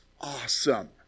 awesome